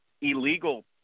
illegal